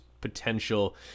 potential